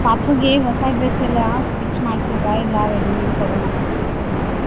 ಪಾಪುಗೆ ಹೊಸ ಡ್ರಸ್ ಎಲ್ಲ ಸ್ಟಿಚ್ ಮಾಡಿಸಿದ್ರ ಇಲ್ಲ ರೆಡಿಮಿಡ್ ತಗೋಂಬಂದ್ರ ಅಂತ ಕೇಳಿದೆ